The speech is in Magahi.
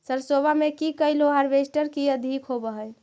सरसोबा मे की कैलो हारबेसटर की अधिक होब है?